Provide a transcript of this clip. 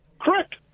Correct